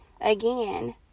again